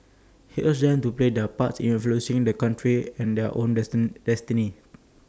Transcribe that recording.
he urged them to play their part in influencing the country's and their own destiny